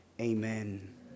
Amen